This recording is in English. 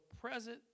present